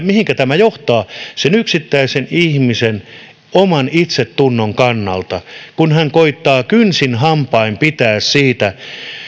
mihinkä tämä johtaa sen yksittäisen ihmisen oman itsetunnon kannalta kun hän koettaa kynsin hampain pitää siitä